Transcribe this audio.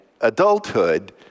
adulthood